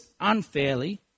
unfairly